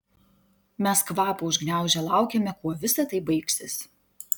mes kvapą užgniaužę laukėme kuo visa tai baigsis